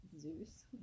Zeus